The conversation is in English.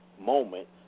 moment